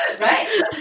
Right